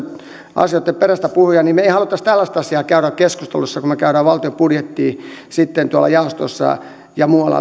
asioitten puolestapuhuja me emme haluaisi tällaista asiaa käydä keskusteluissa kun me käymme valtion budjettia sitten tuolla jaostossa ja muualla